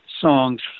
songs